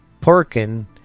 Perkin